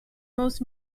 most